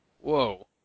whoa